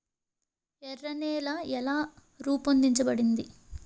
ఎర్ర నేల ఎలా రూపొందించబడింది?